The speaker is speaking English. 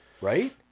Right